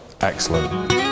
excellent